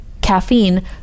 caffeine